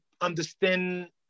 understand